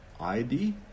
id